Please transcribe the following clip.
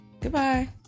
Goodbye